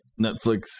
Netflix